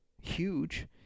huge